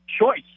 choice